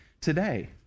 today